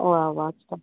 वा वा छान